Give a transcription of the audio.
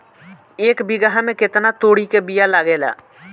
एक बिगहा में केतना तोरी के बिया लागेला?